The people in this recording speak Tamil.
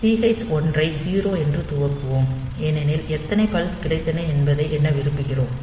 TH 1 ஐ 0 என்று துவக்குவோம் ஏனென்றால் எத்தனை பல்ஸ் கிடைத்தன என்பதை எண்ண விரும்புகிறோம்